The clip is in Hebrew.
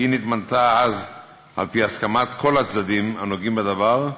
נתמנתה אז על-פי הסכמת כל הצדדים הנוגעים בדבר,